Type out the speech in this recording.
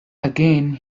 again